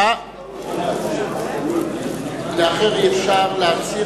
לאחר אי-אפשר.